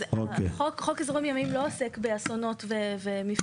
אז חוק אזורים ימיים לא עוסק באסונות ומפגעים.